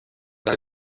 برای